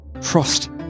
Trust